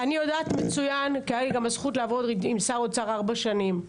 אני יודעת מצוין כי היה לי גם הזכות לעבוד עם שר האוצר ארבע שנים.